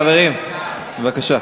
חברים, בבקשה.